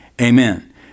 amen